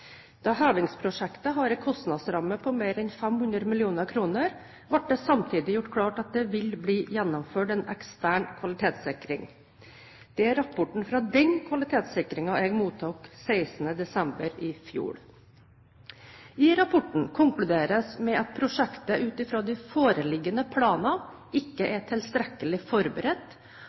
Da hevingsprosjektet har en kostnadsramme på mer enn 500 mill. kr, ble det samtidig gjort klart at det ville bli gjennomført en ekstern kvalitetssikring. Det er rapporten fra denne kvalitetssikringen jeg mottok 16. desember i fjor. I rapporten konkluderes det med at prosjektet, ut fra de foreliggende planer, ikke er tilstrekkelig forberedt,